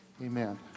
amen